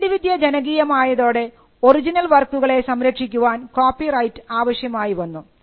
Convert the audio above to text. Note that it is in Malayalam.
അച്ചടിവിദ്യ ജനകീയമായതോടെ ഒറിജിനൽ വർക്കുകളെ സംരക്ഷിക്കുവാൻ കോപ്പിറൈറ്റ് ആവശ്യമായി വന്നു